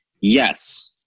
Yes